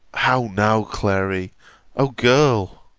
how now, clary o girl!